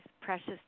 precious